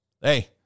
hey